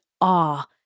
awe